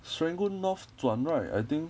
serangoon north 转 right I think